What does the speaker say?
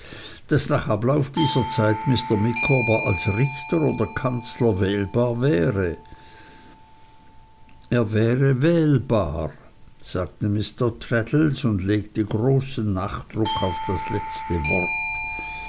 daß nach ablauf dieser zeit mr micawber als richter oder kanzler wählbar wäre er wäre wählbar sagte mr traddles und legte großen nachdruck auf das letzte wort